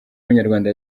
w’umunyarwanda